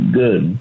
good